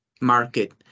market